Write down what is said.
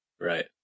right